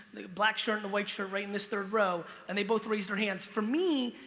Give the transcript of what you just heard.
black shirt and white shirt right in this third row, and they both raised their hands, for me,